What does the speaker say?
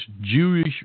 Jewish